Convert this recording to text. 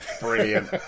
Brilliant